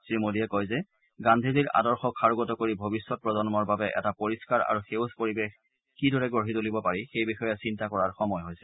শ্ৰীমোদীয়ে কয় যে গান্ধীজীৰ আদৰ্শক সাৰোগত কৰি ভৱিষ্যৎ প্ৰজন্মৰ বাবে এটা পৰিষ্ণাৰ আৰু সেউজ পৰিৱেশ কিদৰে গঢ়ি তুলিব পাৰি সেই বিষয়ে চিন্তা কাৰৰ সময় হৈছে